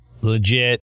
Legit